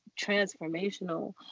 transformational